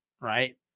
right